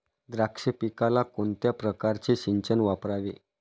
द्राक्ष पिकाला कोणत्या प्रकारचे सिंचन वापरावे?